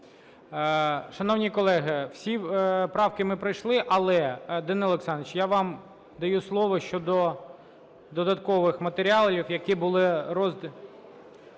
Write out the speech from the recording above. Шановні колеги, всі правки ми пройшли. Але, Данило Олександровичу, я вам даю слово щодо додаткових матеріалів, які були роздані.